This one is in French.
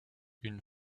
une